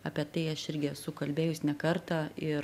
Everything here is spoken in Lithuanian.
apie tai aš irgi esu kalbėjus ne kartą ir